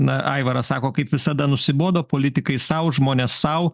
na aivaras sako kaip visada nusibodo politikai sau žmonės sau